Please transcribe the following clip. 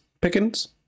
Pickens